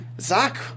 Zach